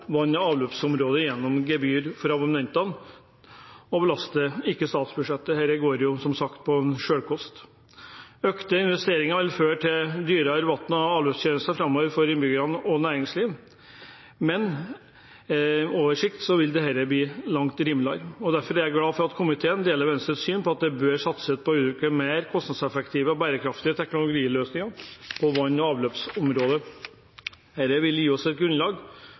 vann- og avløpsområdet gjennom gebyrer fra abonnentene, og belaster ikke statsbudsjettet. Dette går som sagt på selvkost. Økte investeringer vil føre til dyrere vann- og avløpstjenester framover for innbyggere og næringsliv, men på sikt vil dette bli langt rimeligere. Derfor er jeg glad for at komiteen deler Venstres syn på at det bør satses på å utvikle mer kostnadseffektive og bærekraftige teknologiløsninger på vann- og avløpsområdet. Dette vil gi oss et grunnlag